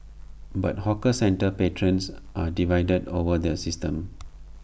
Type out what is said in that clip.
but hawker centre patrons are divided over the system